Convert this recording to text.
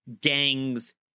gangs